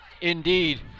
Indeed